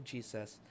Jesus